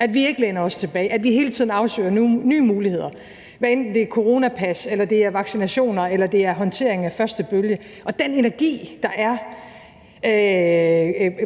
at vi ikke læner os tilbage, og at vi hele tiden afsøger nye muligheder, hvad enten det er coronapas, eller det er vaccinationer, eller det er håndteringen af første bølge. Og den energi, der er